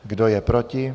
Kdo je proti?